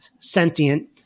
Sentient